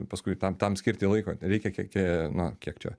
paskui tam tam skirti laiko reikia kiek kie na kiek čia